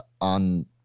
on